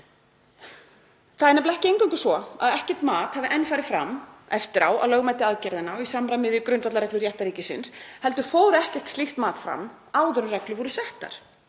Það er nefnilega ekki eingöngu svo að ekkert mat hafi enn farið fram eftir á á lögmæti aðgerðanna í samræmi við grundvallarreglur réttarríkisins heldur fór ekkert slíkt mat fram áður en reglur voru settar,